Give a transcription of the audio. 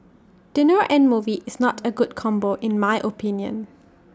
dinner and movie is not A good combo in my opinion